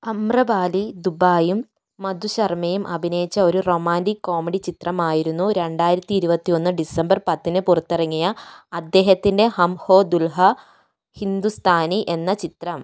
അമ്രപാലി ദുബായും മധു ശർമ്മയും അഭിനയിച്ച ഒരു റൊമാൻറ്റിക് കോമഡി ചിത്രമായിരുന്നു രണ്ടായിരത്തി ഇരുപത്തി ഒന്ന് ഡിസംബർ പത്തിന് പുറത്തിറങ്ങിയ അദ്ദേഹത്തിൻ്റെ ഹം ഹോ ദുൽഹ ഹിന്ദുസ്ഥാനി എന്ന ചിത്രം